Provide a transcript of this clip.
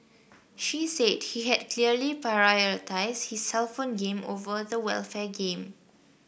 she said he had clearly prioritised his cellphone game over the welfare game